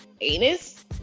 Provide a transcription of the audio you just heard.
anus